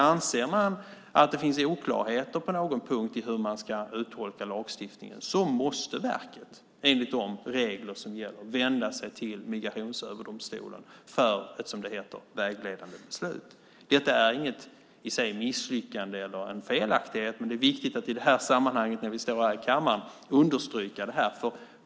Anser man att det finns oklarheter på någon punkt när det gäller hur man ska uttolka lagstiftningen måste verket enligt de regler som gäller vända sig till Migrationsöverdomstolen för ett, som det heter, vägledande beslut. Detta är i sig inget misslyckande eller någon felaktighet. Det är viktigt att i det här sammanhanget, när vi står här i kammaren, understryka detta.